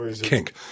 Kink